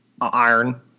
Iron